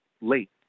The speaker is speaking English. late